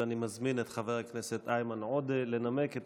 אני מזמין את חבר הכנסת איימן עודה לנמק את